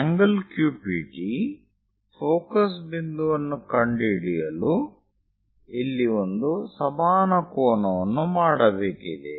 ಈ ∠QPT focus ಬಿಂದುವನ್ನು ಕಂಡುಹಿಡಿಯಲು ಇಲ್ಲಿ ಒಂದು ಸಮಾನ ಕೋನವನ್ನು ಮಾಡಬೇಕಿದೆ